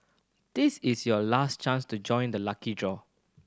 this is your last chance to join the lucky draw